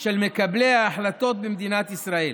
של מקבלי ההחלטות במדינת ישראל.